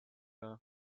her